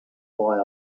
why